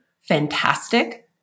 fantastic